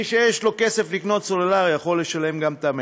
מי שיש לו כסף לקנות סלולרי יכול לשלם גם את המכס.